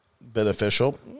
beneficial